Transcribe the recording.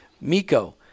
Miko